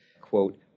quote